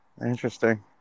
Interesting